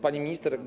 Pani Minister!